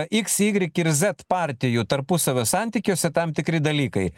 iks ygrik ir zet partijų tarpusavio santykiuose tam tikri dalykai